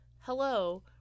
hello